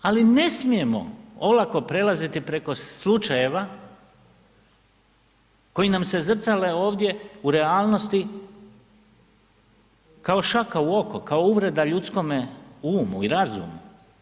Ali ne smijemo olako prelaziti preko slučajeva koji nam se zrcale ovdje u realnosti kao šaka u oko, kao uvreda ljudskome umu i razumu.